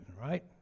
right